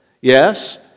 Yes